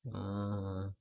ah